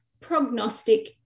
prognostic